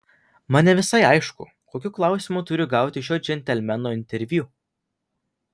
man ne visai aišku kokiu klausimu turiu gauti šio džentelmeno interviu